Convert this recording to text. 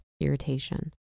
irritation